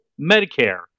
Medicare